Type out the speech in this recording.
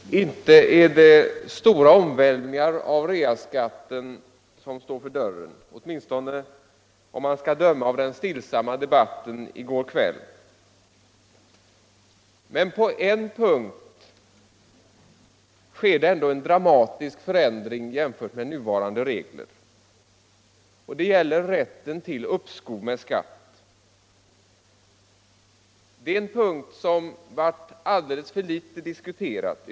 Herr talman! Inte är det stora omvälvningar av reaskatten som står för dörren om man skall döma av den stillsamma debatten i går kväll. På en punkt sker ändå en dramatisk förändring jämfört med nuvarande regler, och den gäller rätten till uppskov med skatt. Det är en punkt som blivit alldeles för litet diskuterad.